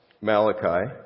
Malachi